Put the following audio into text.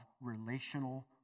relational